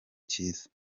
cyiza